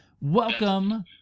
welcome